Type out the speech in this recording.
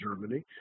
Germany